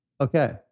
okay